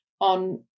on